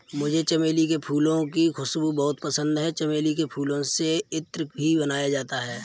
मुझे चमेली के फूलों की खुशबू बहुत पसंद है चमेली के फूलों से इत्र भी बनाया जाता है